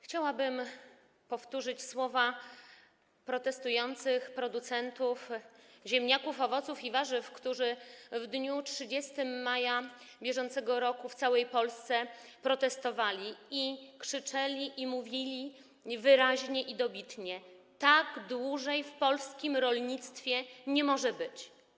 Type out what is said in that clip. Chciałabym powtórzyć słowa protestujących producentów ziemniaków, owoców i warzyw, którzy w dniu 30 maja br. w całej Polsce protestowali i krzyczeli, i mówili wyraźnie i dobitnie: tak dłużej w polskim rolnictwie nie może być.